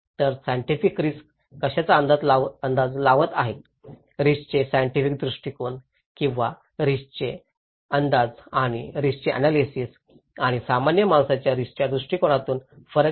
तर scientific risk कशाचा अंदाज लावत आहेत रिस्कचे सायन्टिफिक दृष्टीकोन किंवा रिस्कचे अंदाज आणि रिस्कचे अन्यालीसीस आणि सामान्य माणसाच्या रिस्कच्या दृष्टीकोनातून फरक आहे